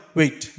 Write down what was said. wait